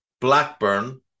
Blackburn